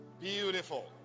beautiful